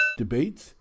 Debates